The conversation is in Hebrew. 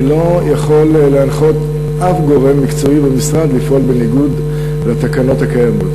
אני לא יכול להנחות אף גורם מקצועי במשרד לפעול בניגוד לתקנות הקיימות.